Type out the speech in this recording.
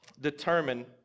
determine